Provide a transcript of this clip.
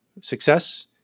success